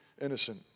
innocent